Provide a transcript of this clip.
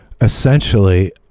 essentially